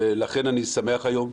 ולכן אני שמח היום.